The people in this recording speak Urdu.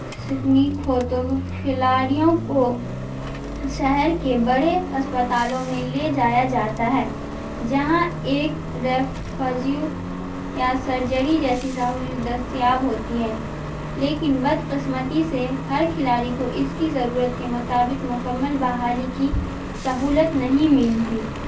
سکنیک ہو تو کھلاڑیوں کو شہر کے بڑے اسپتالوں میں لے جایا جاتا ہے جہاں ایک ریف فزیو یا سرجری جیسی سہولت دستیاب ہوتی ہے لیکن بد قسمتی سے ہر کھلاڑی کو اس کی ضرورت کے مطابق مکمل بحالی کی سہولت نہیں ملتی